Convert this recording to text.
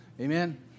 Amen